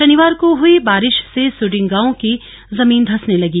शनिवार को हुई बारिश से सुडिंग गांव की जमीन धंसने लगी